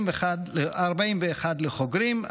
41 לחוגרים,